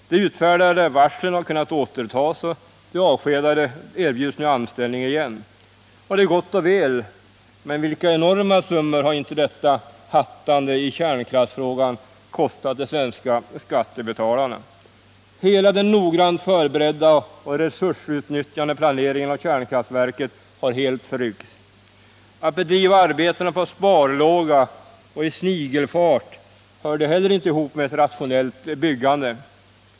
De utfärdade varslen har kunnat återtas och de avskedade erbjuds nu anställning igen. Detta är gott och väl, men vilka enorma summor har inte detta hattande i kärnkraftsfrågan kostat de svenska skattebetalarna! Hela den noggrant förberedda och resursutnyttjande planeringen av kärnkraftverket har helt förryckts. Att bedriva arbetena på sparlåga och i snigelfart hörde heller inte ihop med ett rationellt byggande.